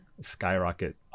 skyrocket